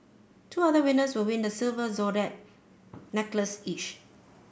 two other winners will win the silver zodiac necklace each